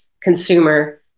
consumer